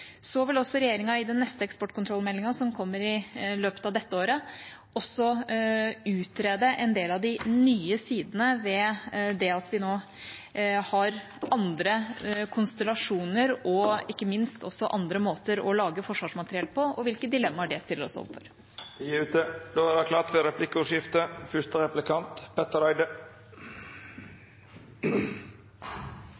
Så vil regjeringa i den neste eksportkontrollmeldinga, som kommer i løpet av dette året, også utrede en del av de nye sidene ved det at vi nå har andre konstellasjoner, og ikke minst også andre måter å lage forsvarsmateriell på, og hvilke dilemmaer det stiller oss overfor.